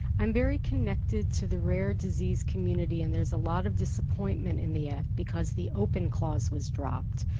i'm very connected to the rare disease community. and there's a lot of disappointment in the act because the open clause was dropped,